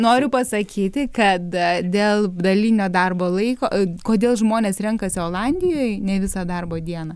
noriu pasakyti kad dėl dalinio darbo laiko kodėl žmonės renkasi olandijoj ne visą darbo dieną